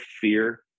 fear